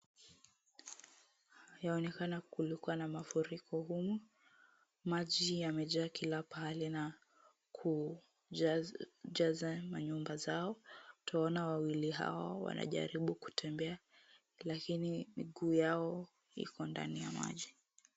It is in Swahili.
Yaonekana kulikuwa na mafuriko humu. Maji yamejaa kila pahali na kujaza manyumba zao. Twaona wawili hawa wanajaribu kutembea lakini miguu yao iko ndani ya maji.